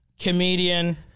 Comedian